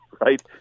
right